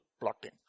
plotting